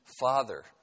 father